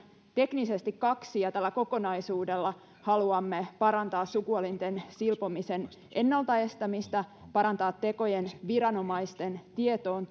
teknisesti kaksi ja tällä kokonaisuudella haluamme parantaa sukuelinten silpomisen ennalta estämistä parantaa tekojen tuloa viranomaisten tietoon